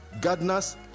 gardeners